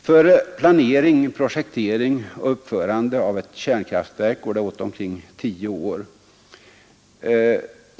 För planering, projektering och uppförande av ett kärnkraftverk går det åt omkring 10 år.